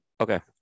Okay